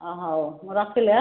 ଅ ହେଉ ମୁଁ ରଖିଲି